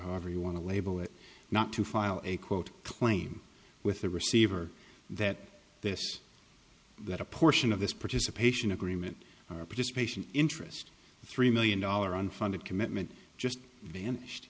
however you want to label it not to file a quote claim with the receiver that this that a portion of this participation agreement participation interest three million dollar unfunded commitment just vanished